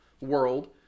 world